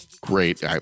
Great